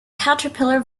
caterpillar